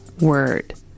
word